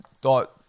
thought